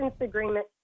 agreement